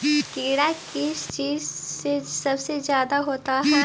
कीड़ा किस चीज से सबसे ज्यादा होता है?